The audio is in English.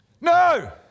No